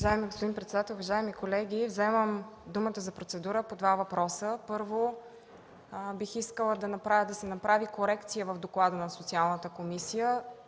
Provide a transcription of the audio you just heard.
Уважаеми господин председател, уважаеми колеги! Вземам думата за процедура по два въпроса. Първо, бих искала да се направи корекция в доклада на Социалната комисия.